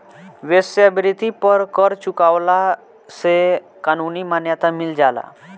वेश्यावृत्ति पर कर चुकवला से कानूनी मान्यता मिल जाला